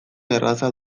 erraza